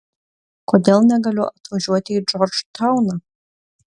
kodėl negaliu atvažiuoti į džordžtauną